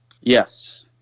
Yes